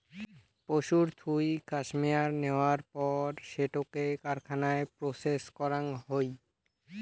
পশুর থুই কাশ্মেয়ার নেয়ার পর সেটোকে কারখানায় প্রসেস করাং হই